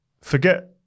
Forget